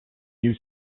you